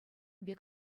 пек